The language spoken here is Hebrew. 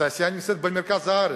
התעשייה נמצאת במרכז הארץ.